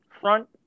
front